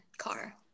car